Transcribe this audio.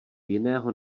jiného